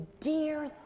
dear